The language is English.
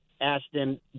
Ashton